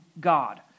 God